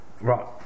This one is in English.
Right